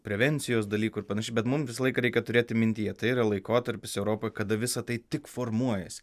prevencijos dalykų ir panašiai bet mum visą laiką reikia turėti mintyje tai yra laikotarpis europoj kada visa tai tik formuojasi